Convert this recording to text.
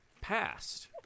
passed